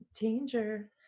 Danger